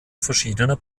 verschiedener